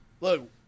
Look